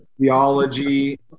theology